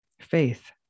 Faith